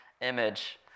image